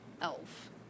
elf